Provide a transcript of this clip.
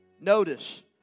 Notice